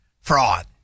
fraud